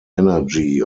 energy